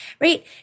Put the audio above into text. right